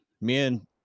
men